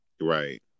Right